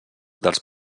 dels